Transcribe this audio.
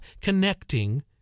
connecting